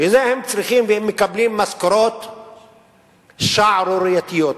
כשהם מקבלים משכורות שערורייתיות,